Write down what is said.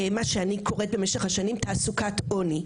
מה שאני קוראת לאורך השנים "תעסוקת עוני",